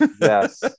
Yes